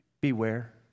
Beware